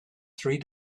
three